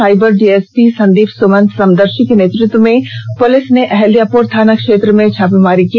cyber DSP Sandeep Suman Samdarshi के नेतृत्व में पुलिस ने अहिल्यापुर थाना क्षेत्र में छापेमारी की